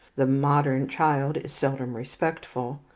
the modern child is seldom respectful,